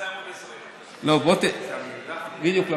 בדיוק.